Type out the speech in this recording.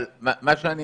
אבל מה שאני